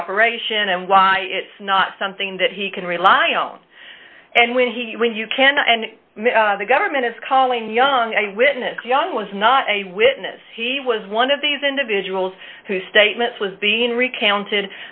cooperation and why it's not something that he can rely on and when he when you can and the government is calling young eye witnesses young was not a witness he was one of these individuals who statements was being recounted